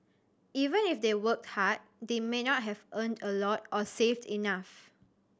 even if they worked hard they may not have earned a lot or saved enough